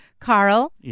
Carl